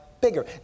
bigger